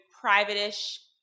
private-ish